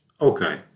Okay